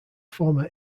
former